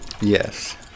Yes